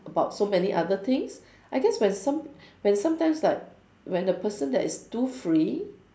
about so many other things I guess when some when sometimes like when the person that is too free